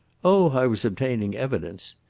oh, i was obtaining evidence.